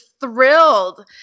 thrilled